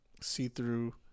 see-through